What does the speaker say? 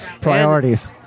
priorities